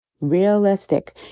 Realistic